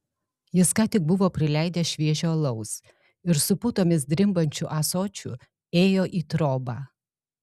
jis ką tik buvo prileidęs šviežio alaus ir su putomis drimbančiu ąsočiu ėjo į trobą